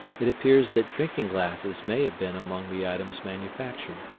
it appears that drinking glasses may have been among the items manufactured.